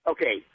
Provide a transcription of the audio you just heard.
Okay